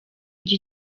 ujya